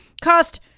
cost